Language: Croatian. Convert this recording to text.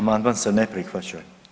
Amandman se ne prihvaća.